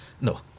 no